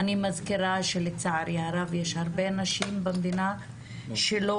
אני מזכירה שלצערי הרב יש הרבה נשים במדינה שלא